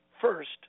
first